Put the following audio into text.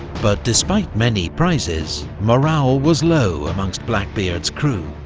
but despite many prizes, morale was low amongst blackbeard's crew.